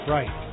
Right